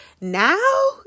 Now